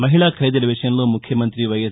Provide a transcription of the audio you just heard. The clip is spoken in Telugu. మహిళా ఖైదీల విషయంలో ముఖ్యమంత్రి వైఎస్